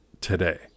today